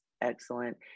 excellent